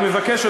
אני מבקש,